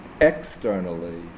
externally